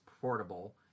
portable